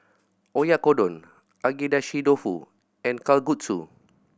Oyakodon Agedashi Dofu and Kalguksu